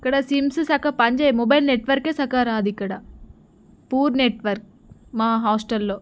ఇక్కడ సిమ్స్ చక్కగా పనిచెయ్యవు మొబైల్ నెట్వర్కే చక్కగా రాదు ఇక్కడ పూర్ నెట్వర్క్ మా హాస్టల్లో